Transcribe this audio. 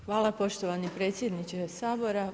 Hvala poštovani predsjedniče Sabora.